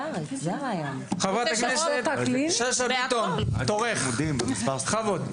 חברת הכנסת שאשא ביטון, בבקשה.